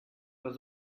was